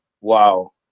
wow